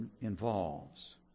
involves